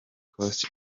coast